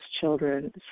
children